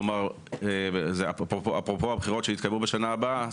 כלומר, אפרופו הבחירות שיתקיימו בשנה הבאה,